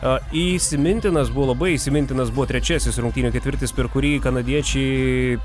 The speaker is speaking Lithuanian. a įsimintinas buvo labai įsimintinas buvo trečiasis rungtynių ketvirtis per kurį kanadiečiai